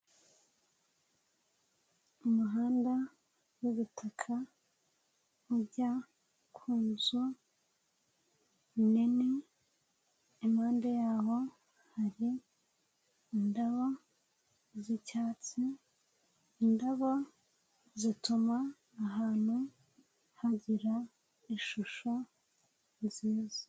Umuhanda w'ubutaka ujya ku nzu nini ,impande y'aho hari indabo z'icyatsi. lndabo zituma ahantu hagira ishusho nziza.